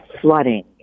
flooding